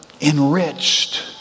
enriched